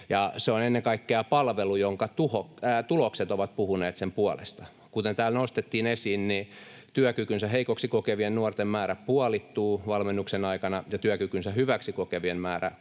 se on ennen kaikkea palvelu, jonka tulokset ovat puhuneet sen puolesta. Kuten täällä nostettiin esiin, työkykynsä heikoksi kokevien nuorten määrä puolittuu valmennuksen aikana ja työkykynsä hyväksi kokevien määrä kolminkertaistuu.